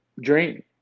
drink